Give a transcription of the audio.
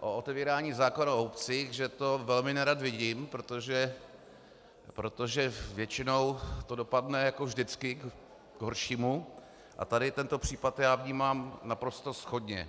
o otevírání zákona o obcích, že to velmi nerad vidím, protože většinou to dopadne jako vždycky k horšímu, a tento případ já vnímám naprosto shodně.